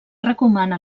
recomana